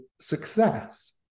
success